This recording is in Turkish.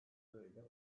böyle